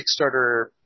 Kickstarter